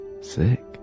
sick